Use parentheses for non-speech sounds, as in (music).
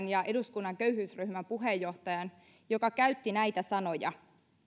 (unintelligible) ja eduskunnan köyhyysryhmän puheenjohtajalta joka käytti näitä sanoja